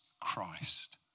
Christ